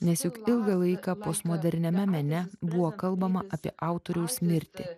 nes juk ilgą laiką postmoderniame mene buvo kalbama apie autoriaus mirtį